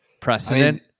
precedent